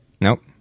nope